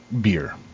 beer